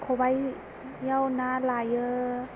खबाइयाव ना लायो